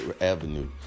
avenue